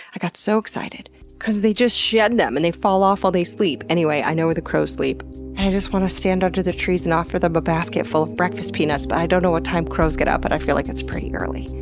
i got so excited because they just shed them and they fall while they sleep. anyway, i know where the crows sleep and i just want to stand under the trees and offer them a basket full of breakfast peanuts, but i don't know what time crows get up and but i feel like it's pretty early.